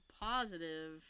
positive